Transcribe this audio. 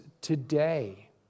today